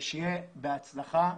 שיהיה בהצלחה.